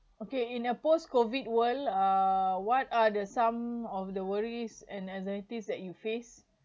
okay in a post COVID world uh what are the some of the worries and anxieties that you face